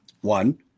One